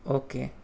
okay